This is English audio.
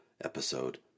episode